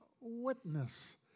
witness